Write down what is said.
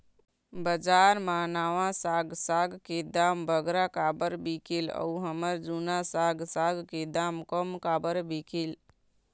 बजार मा नावा साग साग के दाम बगरा काबर बिकेल अऊ हमर जूना साग साग के दाम कम काबर बिकेल?